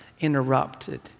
interrupted